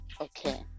Okay